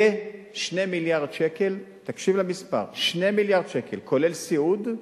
כ-2 מיליארד שקל, תקשיב למספר, כולל סיעוד,